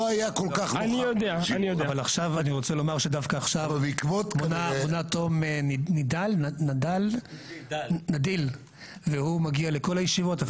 אני רוצה לומר שדווקא עכשיו תום נדיל והוא מגיע לכל הישיבות.